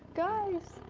guys,